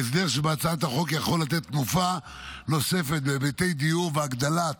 ההסדר שבהצעת החוק יכול לתת תנופה נוספת בהיבטי דיור והגדלת